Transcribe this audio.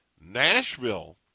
Nashville